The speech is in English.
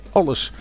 alles